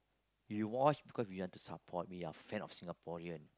we watch because we want to support we are fan of Singaporean